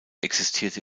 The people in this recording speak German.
existierte